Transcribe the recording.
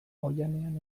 oihanean